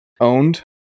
owned